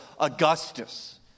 Augustus